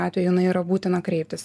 atveju jinai yra būtina kreiptis